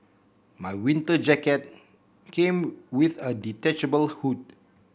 my winter jacket came with a detachable hood